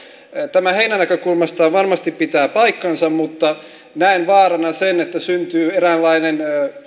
tämä heidän näkökulmastaan varmasti pitää paikkansa mutta näen vaaraksi sen että syntyy eräänlainen